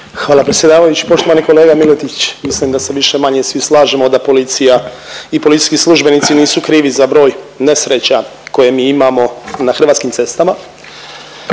Hvala predsjedavajući. Poštovani kolega Miletić, mislim da se više-manje svi slažemo da policija i policijski službenici nisu krivi za broj nesreća koje mi imamo na hrvatskim cestama.